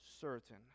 certain